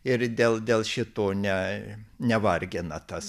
ir dėl dėl šito ne nevargina tas